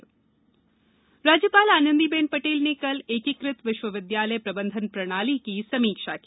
राज्यपाल समीक्षा राज्यपाल आनंदी बेन पटेल ने कल एकीकृत विश्वविद्यालय प्रबंधन प्रणाली की समीक्षा की